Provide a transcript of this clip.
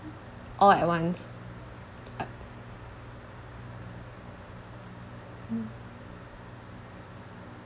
all at once hmm